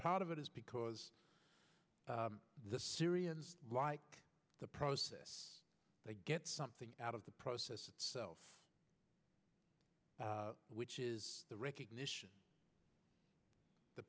part of it is because the syrians like the process they get something out of the process itself which is the recognition the